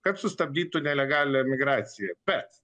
kad sustabdytų nelegalią migraciją bet